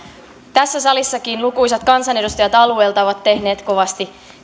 tässä salissakin lukuisat kansanedustajat alueelta ovat tehneet kovasti